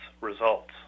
results